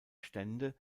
stände